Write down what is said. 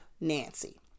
Nancy